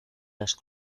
las